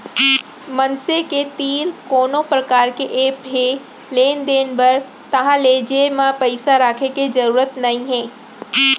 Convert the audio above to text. मनसे के तीर कोनो परकार के ऐप हे लेन देन बर ताहाँले जेब म पइसा राखे के जरूरत नइ हे